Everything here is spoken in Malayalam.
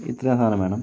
ഇത്രയും സാധനം വേണം